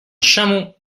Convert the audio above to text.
chameau